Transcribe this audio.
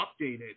updated